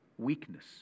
Weakness